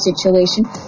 situation